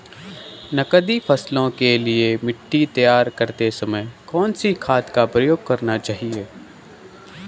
नकदी फसलों के लिए मिट्टी तैयार करते समय कौन सी खाद प्रयोग करनी चाहिए?